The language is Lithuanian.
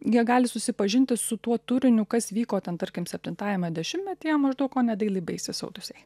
jie gali susipažinti su tuo turiniu kas vyko ten tarkim septintajame dešimtmetyje maždaug on a daily basis how to say